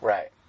Right